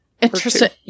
Interesting